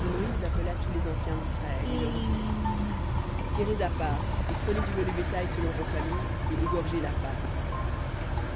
et moïse appela tous les anciens d'israël et leur dit tirez à part et prenez du menu bétail selon vos familles et égorgez la pâque